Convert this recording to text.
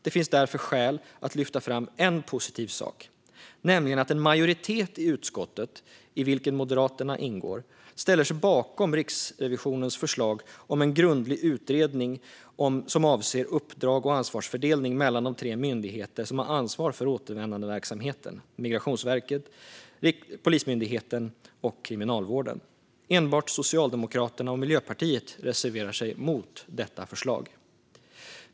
Det finns därför skäl att lyfta fram en positiv sak: En majoritet i utskottet, i vilken Moderaterna ingår, ställer sig bakom Riksrevisionens förslag om en grundlig utredning som avser uppdrag och ansvarsfördelning mellan de tre myndigheter som ansvarar för återvändandeverksamheten - Migrationsverket, Polismyndigheten och Kriminalvården. Enbart Socialdemokraterna och Miljöpartiet reserverar sig mot detta förslag.